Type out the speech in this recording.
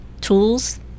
tools